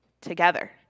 together